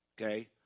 okay